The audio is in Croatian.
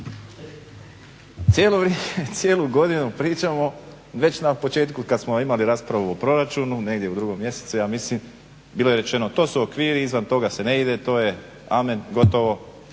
Cijelu godinu pričamo već na početku kad smo imali raspravu o proračunu negdje u drugom mjesecu ja mislim bilo je rečeno to su okviri, izvan toga se ne ide, to je Amen, gotovo,